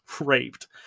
raped